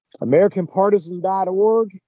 Americanpartisan.org